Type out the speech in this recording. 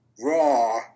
RAW